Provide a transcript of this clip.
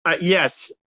Yes